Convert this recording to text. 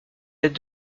tête